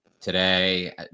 today